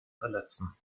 verletzen